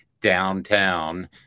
downtown